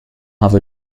have